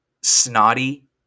snotty